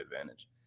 advantage